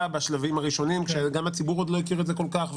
בשלבים הראשונים כשגם הציבור עוד לא הכיר את זה כל כך,